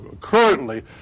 currently